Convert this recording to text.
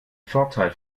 vorteil